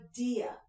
idea